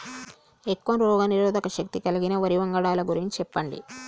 ఎక్కువ రోగనిరోధక శక్తి కలిగిన వరి వంగడాల గురించి చెప్పండి?